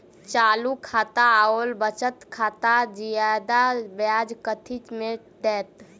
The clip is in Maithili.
चालू खाता आओर बचत खातामे जियादा ब्याज कथी मे दैत?